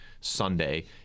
Sunday